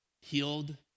healed